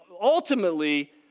ultimately